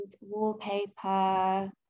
wallpaper